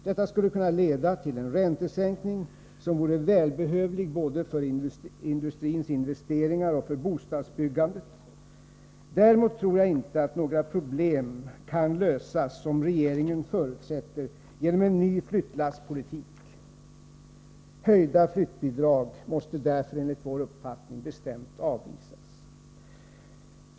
Detta skulle kunna leda till en räntesänkning som vore välbehövlig både för industrins investeringar och för bostadsbyggandet. Däremot tror jag inte att några problem kan lösas, som regeringen förutsätter, genom en ny flyttlasspolitik. Höjda flyttbidrag måste därför enligt vår uppfattning bestämt avvisas.